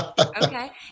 Okay